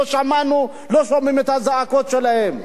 לא שמענו, לא שומעים את הזעקות שלהם.